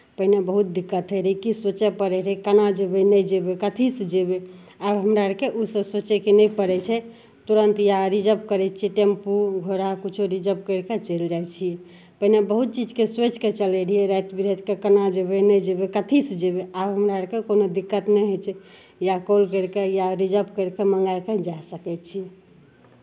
पहिने बहुत दिक्कत होइत रहय कि सोचय पड़ैत रहय केना जयबै नहि जयबै कथीसँ जयबै आब हमरा अरकेँ ओसभ सोचयके नहि पड़ै छै तुरन्त या रिजर्व करै छियै टेम्पू घोड़ा किछो रिजर्व करि कऽ चलि जाइ छियै पहिने बहुत चीजकेँ सोचि कऽ चलैत रहियै राति बिरातिकेँ केना जयबै नहि जयबै कथीसँ जयबै आब हमरा अरकेँ कोनो दिक्कत नहि होइ छै या कॉल करि कऽ या रिज़र्व करि कऽ मङ्गाय कऽ जाय सकै छी